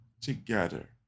together